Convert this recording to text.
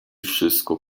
wszystko